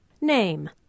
name